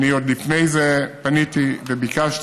עוד לפני זה פניתי וביקשתי,